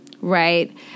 Right